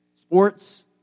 sports